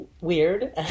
weird